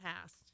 past